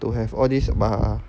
to have all these bah